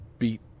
beat